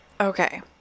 okay